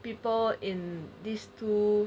people in these two